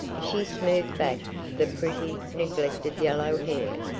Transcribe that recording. she smoothed back the pretty, neglected yellow hair,